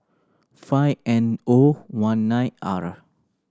five N O one nine R